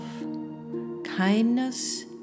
kindness